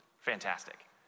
fantastic